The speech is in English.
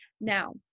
Now